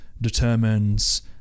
determines